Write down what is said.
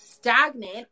Stagnant